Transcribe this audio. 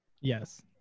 Yes